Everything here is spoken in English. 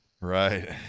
Right